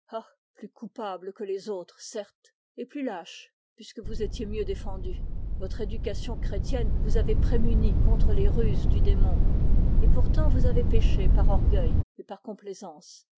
plus coupable que les autres certes et plus lâche puisque vous étiez mieux défendu votre éducation chrétienne vous avait prémuni contre les ruses du démon et pourtant vous avez péché par orgueil et par complaisance